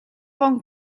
bon